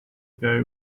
ago